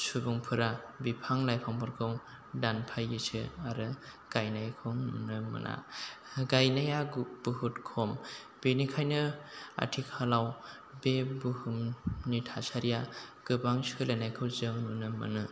सुबुंफोरा बिफां लाइफांफोरखौ दानफायोसो आरो गायनायखौ नुनो मोना गायनाया बुहुथ खम बेनिखायनो आथिखालाव बे बुहुमनि थासारिया गोबां सोलायनायखौ जों नुनो मोनो